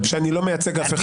שאני לא מייצג אף אחד?